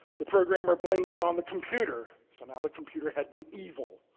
the programmer blamed it on the computer. so now the computer had been evil.